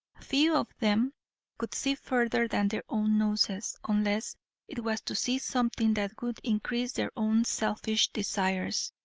few of them could see further than their own noses unless it was to see something that would increase their own selfish desires.